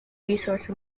resource